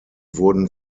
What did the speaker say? wurden